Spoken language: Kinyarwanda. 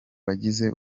bagize